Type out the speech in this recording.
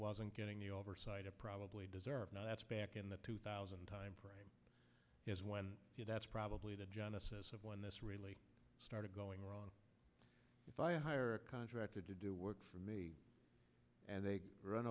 wasn't getting the oversight it probably deserved not that's back in the two thousand timeframe is when you that's probably the genesis of when this really started going wrong if i hire contracted to do work for me and they run